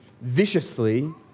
viciously